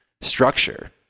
structure